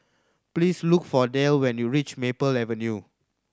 please look for Delle when you reach Maple Avenue